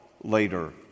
later